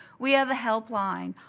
we have a helpline.